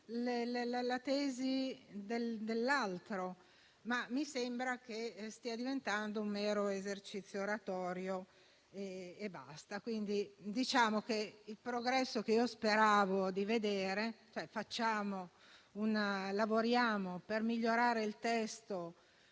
la tesi dell'altro. Mi sembra invece che stia diventando un mero esercizio oratorio e basta. Diciamo che il progresso che speravo di vedere, ossia lavorare per migliorare il testo